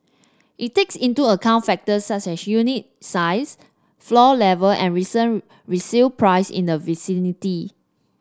it takes into account factors such as unit size floor level and recent resale price in the vicinity